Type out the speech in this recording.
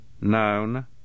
Noun